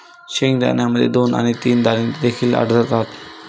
शेंगदाण्यामध्ये दोन आणि तीन दाणे देखील आढळतात